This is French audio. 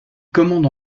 commande